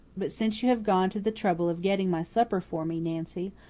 but since you have gone to the trouble of getting my supper for me, nancy,